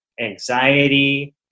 anxiety